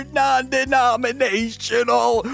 non-denominational